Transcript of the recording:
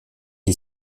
est